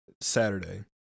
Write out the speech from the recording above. Saturday